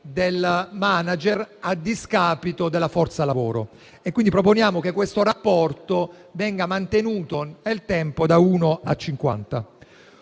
del *manager* a discapito della forza lavoro. Proponiamo quindi che questo rapporto venga mantenuto nel tempo da 1 a 50.